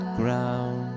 ground